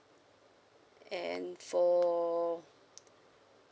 and for